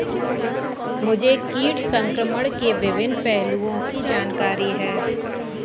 मुझे कीट संक्रमण के विभिन्न पहलुओं की जानकारी है